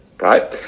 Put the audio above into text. right